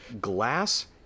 Glass